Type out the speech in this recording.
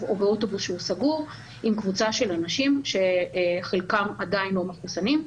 או באוטובוס שהוא סגור שחלקם עדיין לא מחוסנים.